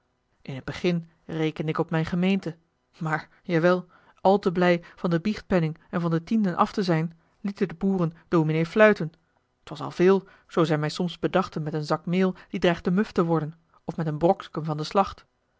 in t begin rekende ik op mijne gemeente maar jawel al te blij van de biechtpenning en van de tienden af te zijn lieten de boeren dominé fluiten t was al veel zoo zij mij soms bedachten met een zak meel die dreigde muf te worden of met een broksken van de slacht